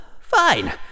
fine